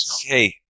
hey